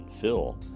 fill